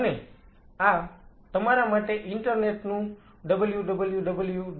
અને આ તમારા માટે ઇન્ટરનેટ નું www